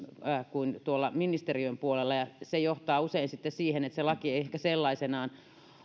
kuin tuolla ministeriön puolella se johtaa usein siihen että se laki ei ehkä sellaisenaan